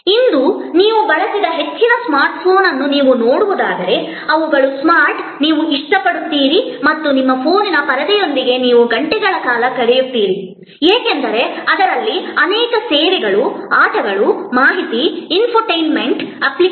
ಇಂದು ನೀವು ಬಳಸುವ ಹೆಚ್ಚಿನ ಸ್ಮಾರ್ಟ್ ಫೋನ್ ಅನ್ನು ನೀವು ನೋಡಿದರೆ ಅವುಗಳು ಸ್ಮಾರ್ಟ್ ನೀವು ಇಷ್ಟಪಡುತ್ತೀರಿ ಮತ್ತು ನಿಮ್ಮ ಫೋನ್ನ ಪರದೆಯೊಂದಿಗೆ ನೀವು ಗಂಟೆಗಳ ಕಾಲ ಕಳೆಯುತ್ತೀರಿ ಏಕೆಂದರೆ ಅದರಲ್ಲಿ ಅನೇಕ ಸೇವೆಗಳು ಆಟಗಳು ಮಾಹಿತಿ ಇನ್ಫೋಟೈನ್ಮೆಂಟ್ ಅಪ್ಲಿಕೇಶನ್ಗಳು ಇರುತ್ತವೆ